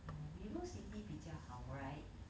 oh vivo city 比较好 right